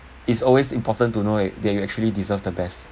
it's always important to know like they actually deserve the best